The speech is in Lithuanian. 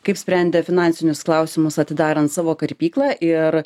kaip sprendė finansinius klausimus atidarant savo kirpyklą ir